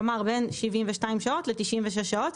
כלומר בין 72 שעות ל-96 שעות,